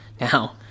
Now